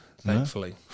thankfully